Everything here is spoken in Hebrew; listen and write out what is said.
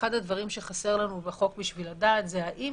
אחד הדברים שחסר לנו בחוק כדי לדעת האם